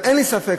אבל אין לי ספק,